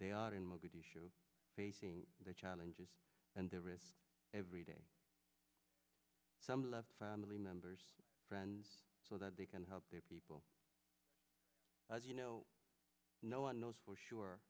they are in mogadishu facing the challenges and the risks every day some love family members friends so that they can help people you know no one knows for sure